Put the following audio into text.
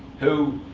who